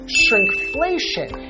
shrinkflation